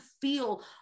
feel